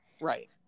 Right